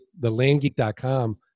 thelandgeek.com